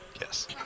Yes